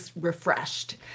refreshed